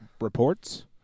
reports